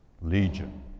Legion